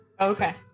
okay